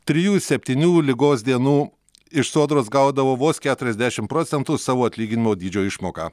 trijų septynių ligos dienų iš sodros gaudavo vos keturiasdešim procentų savo atlyginimo dydžio išmoką